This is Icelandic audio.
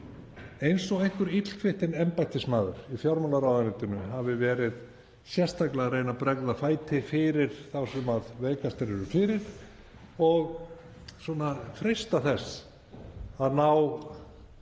eins og einhver illkvittinn embættismaður í fjármálaráðuneytinu hafi sérstaklega verið að reyna að bregða fæti fyrir þá sem veikastir eru fyrir og freista þess að ná